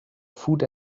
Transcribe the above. food